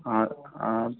हाँ हाँ